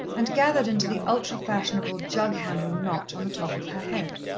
and gathered into the ultra-fashionable jug-handle knot on the top of her head.